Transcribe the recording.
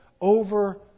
over